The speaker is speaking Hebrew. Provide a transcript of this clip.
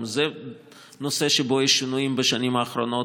גם זה נושא שבו יש שינויים בשנים האחרונות,